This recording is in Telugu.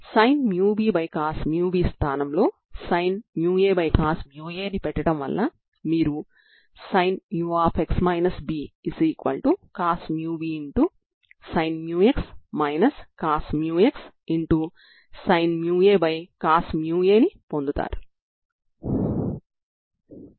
కాబట్టి మనకు మిగిలిన ఏకైక సందర్భం λ 2